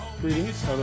Greetings